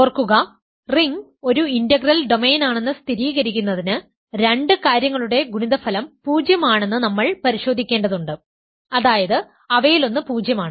ഓർക്കുക റിംഗ് ഒരു ഇന്റഗ്രൽ ഡൊമെയ്നാണെന്ന് സ്ഥിരീകരിക്കുന്നതിന് രണ്ട് കാര്യങ്ങളുടെ ഗുണിതഫലം പൂജ്യം ആണെന്ന് നമ്മൾ പരിശോധിക്കേണ്ടതുണ്ട് അതായത് അവയിലൊന്ന് പൂജ്യമാണ്